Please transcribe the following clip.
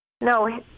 No